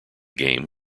game